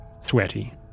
sweaty